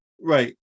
Right